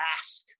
ask